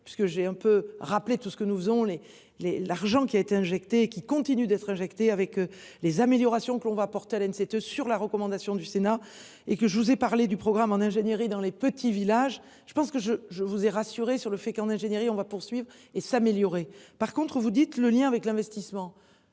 que j'ai un peu rappeler tout ce que nous faisons les les l'argent qui a été injectée qui continue d'être injecté avec les améliorations qu'on va porter Allen cette sur la recommandation du Sénat et que je vous ai parlé du programme en ingénierie dans les petits villages. Je pense que je, je vous ai rassuré sur le fait qu'en ingénierie. On va poursuivre et s'améliorer. Par contre vous dites le lien avec l'investissement,